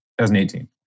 2018